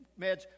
meds